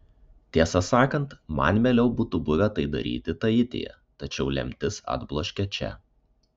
tiesą sakant man mieliau būtų buvę tai daryti taityje tačiau lemtis atbloškė čia